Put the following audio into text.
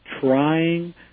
trying